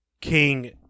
King